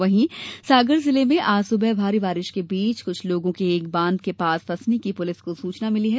वहीं सागर जिले में आज सुबह भारी बारिश के बीच कुछ लोगों के एक बांध के पास फंसने की पुलिस को सूचना मिली है